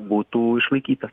būtų išlaikytas